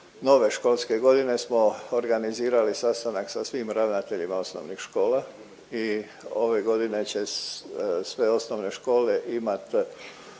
nove školske godine smo organizirali sastanak sa svim ravnateljima osnovnih škola i ove godine će sve osnovne škole imati